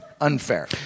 unfair